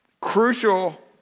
crucial